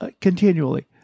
continually